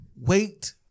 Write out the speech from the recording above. wait